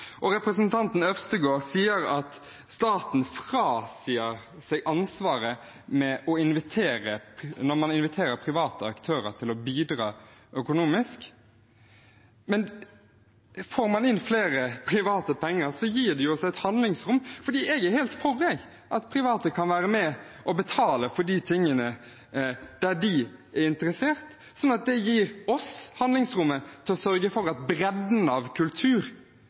påpekte. Representanten Øvstegård sier at staten frasier seg ansvaret når man inviterer private aktører til å bidra økonomisk. Men får man inn flere private penger, gir det oss et handlingsrom. Jeg er helt for at private kan være med og betale for de tingene der de er interessert. Det gir oss handlingsrom til å sørge for at bredden av kultur